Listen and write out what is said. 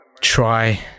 try